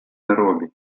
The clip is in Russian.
найроби